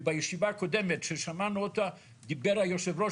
ובישיבה הקודמת ששמענו אותה דיבר יושב הראש